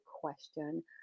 question